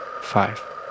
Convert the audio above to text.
five